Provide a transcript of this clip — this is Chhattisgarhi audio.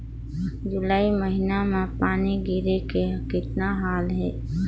जुलाई महीना म पानी गिरे के कतना हाल हे?